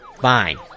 fine